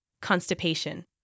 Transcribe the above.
Constipation